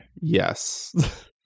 yes